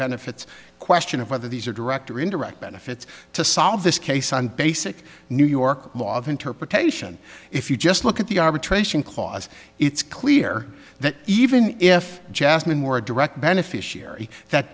benefits question of whether these are direct or indirect benefits to solve this case on basic new york law of interpretation if you just look at the arbitration clause it's clear that even if jessamine more a direct beneficiary that